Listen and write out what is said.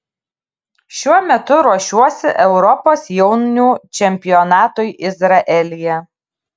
šiuo metu ruošiuosi europos jaunių čempionatui izraelyje